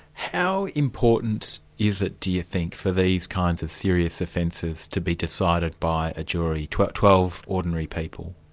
how important is it do you think for these kinds of serious offences to be decided by a jury, twelve twelve ordinary people?